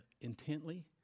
intently